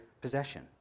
possession